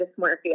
dysmorphia